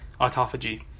autophagy